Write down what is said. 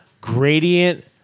Gradient